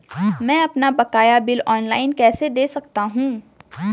मैं अपना बकाया बिल ऑनलाइन कैसे दें सकता हूँ?